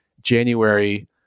January